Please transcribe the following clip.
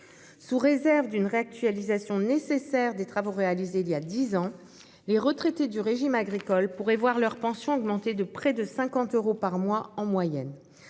Sous réserve d'une réactualisation nécessaire des travaux réalisés voilà dix ans, les retraités du régime agricole pourraient voir leur pension augmenter de près de cinquante euros par mois en moyenne.